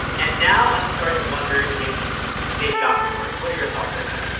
and now i'm starting to wonder if they've gotten worse. what are your thoughts on that?